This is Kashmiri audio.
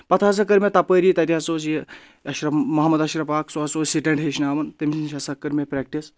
پَتہٕ ہسا کٔر مےٚ تَپٲری تَتہِ ہسا اوس یہِ اَشرف محمد اشرف اکھ سُہ ہسا اوس سِٹنٛٹ ہیچھناوان تٔمِس نِش ہسا کٔر مےٚ پرٛیکٹِس